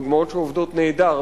דוגמאות שעובדות נהדר,